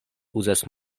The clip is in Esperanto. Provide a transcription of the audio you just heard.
uzas